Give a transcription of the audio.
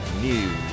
News